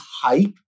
hype